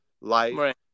life